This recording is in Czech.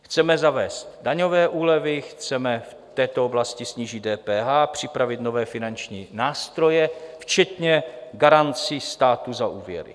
Chceme zavést daňové úlevy, chceme v této oblasti snížit DPH, připravit nové finanční nástroje včetně garancí státu za úvěry.